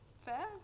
fair